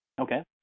okay